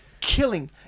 killing